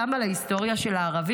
גם על ההיסטוריה של הערבים,